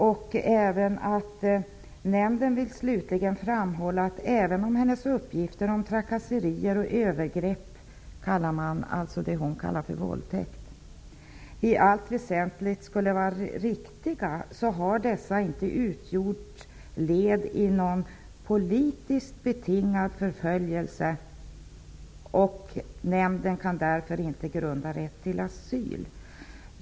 Det sägs också: ''Nämnden vill slutligen framhålla att även om hennes uppgifter om trakasserier och övergrepp'' -- dvs. det hon kallar för våldtäkt -- ''i allt väsentligt skulle vara riktiga har dessa inte utgjort ett led i någon politiskt betingad förföljelse av nn och kan därför inte grunda rätt till asyl.''